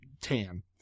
tan